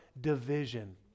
division